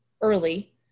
early